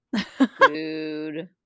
food